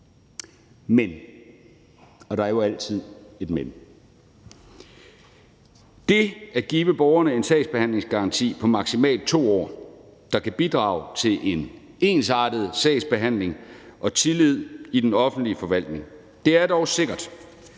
Men – og der er jo altid et men – i forhold til det at give borgerne en sagsbehandlingsgaranti på maksimalt 2 år, der kan bidrage til en ensartet sagsbehandling og tillid til den offentlige forvaltning, er det dog sikkert,